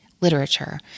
literature